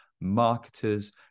marketers